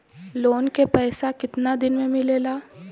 Loan के पैसा कितना दिन मे मिलेला?